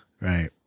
Right